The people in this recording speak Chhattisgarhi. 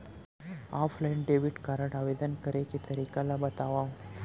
ऑफलाइन डेबिट कारड आवेदन करे के तरीका ल बतावव?